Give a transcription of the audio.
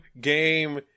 game